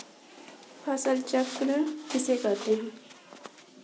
फसल चक्र किसे कहते हैं?